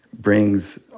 brings